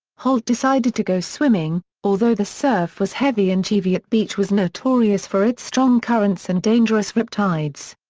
holt decided to go swimming, although the surf was heavy and cheviot beach was notorious for its strong currents and dangerous rip tides.